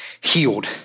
healed